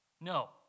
No